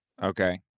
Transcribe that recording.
Okay